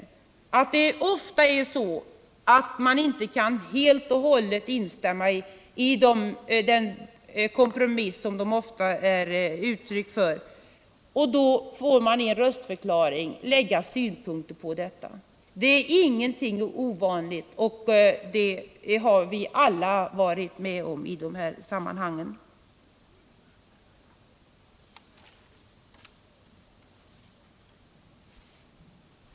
Han vet att man i många fall inte helt och hållet kan instämma i den kompromiss som resolutionerna ofta är uttryck för, och då får man i en röstförklaring anlägga synpunkter på detta. Det är ingenting ovanligt, och det har vi alla varit med om i de här sammanhangen.